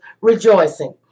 rejoicing